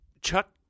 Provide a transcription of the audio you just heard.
Chuck